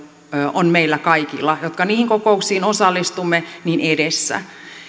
on meillä kaikilla jotka niihin kokouksiin osallistumme edessä